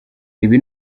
ibi